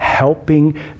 Helping